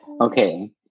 Okay